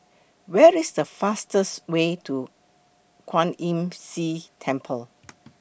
Where IS The fastest Way to Kwan Imm See Temple